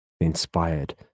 inspired